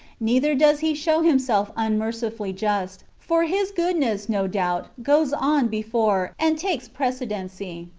neither does he show himself unmercifully just for his goodness, no doubt, goes on before, and takes precedency.